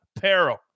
peril